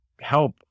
help